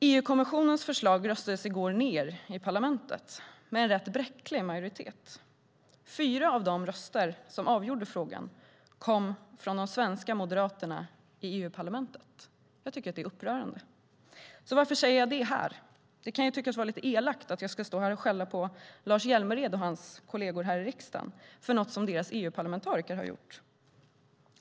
EU-kommissionens förslag röstades i går ned i parlamentet, med en rätt bräcklig majoritet. Fyra av de röster som avgjorde frågan kom från de svenska moderaterna i EU-parlamentet. Jag tycker att det är upprörande. Varför säger jag det här? Det kan ju tyckas vara lite elakt att jag ska stå här och skälla på Lars Hjälmered och hans kolleger här i riksdagen för något som deras EU-parlamentariker har gjort.